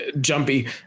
jumpy